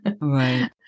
right